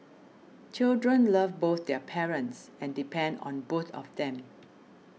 children love both their parents and depend on both of them